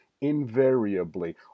invariably